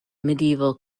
medieval